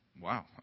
wow